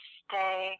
stay